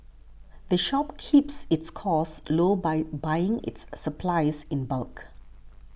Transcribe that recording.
the shop keeps its costs low by buying its supplies in bulk